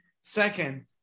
Second